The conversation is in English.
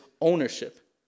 ownership